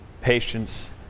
Patience